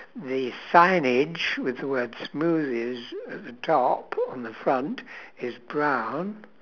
the signage with the word smoothies at the top on the front is brown